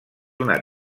una